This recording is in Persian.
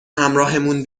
همراهمون